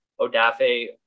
Odafe